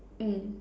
mm